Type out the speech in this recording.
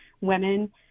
women